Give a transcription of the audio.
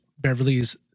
Beverly's